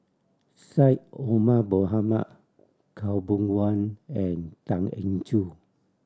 Syed Omar Mohamed Khaw Boon Wan and Tan Eng Joo